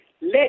let